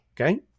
Okay